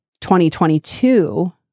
2022